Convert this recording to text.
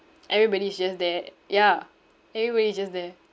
everybody is just there ya everybody is just there